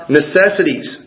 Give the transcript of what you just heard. necessities